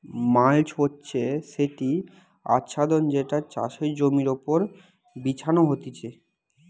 mulch হচ্ছে সেটি আচ্ছাদন যেটা চাষের জমির ওপর বিছানো হতিছে